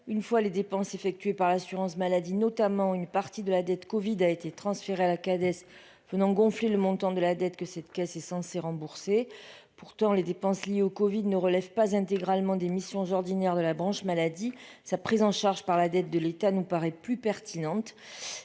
une fois les dépenses effectuées par l'assurance maladie, notamment une partie de la dette Covid a été transféré à la cadette venant gonfler le montant de la dette que cette caisse est censé rembourser pourtant les dépenses liées au Covid ne relève pas intégralement des missions jardinières de la branche maladie, sa prise en charge par la dette de l'État nous paraît plus pertinente,